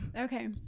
Okay